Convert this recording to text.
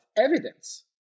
evidence